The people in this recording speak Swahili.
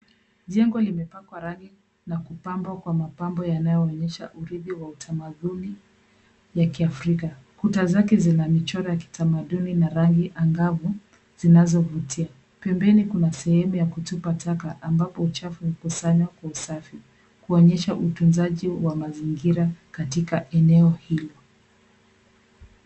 Jengo limepakwa rangi na kupambwa kwa mapambo yanayoonyesha urithi wa utamaduni ya kiafrika. Kuta zake zina michoro ya kitamaduni na rangi angavu zinazovutia. Pembeni kuna sehemu ya kutupa taka ambapo uchafu hukusanywa kwa usafi kuonyesha utunzaji wa mazingira katika eneo hili.